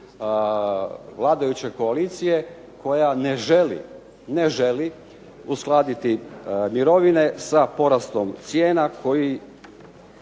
vladajuće koalicije koja ne želi, ne želi uskladiti mirovine sa porastom cijena koji